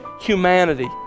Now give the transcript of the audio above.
humanity